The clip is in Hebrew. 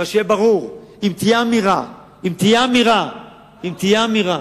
אבל שיהיה ברור, אם תהיה אמירה, אם תהיה אמירה,